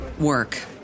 work